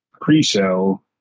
pre-show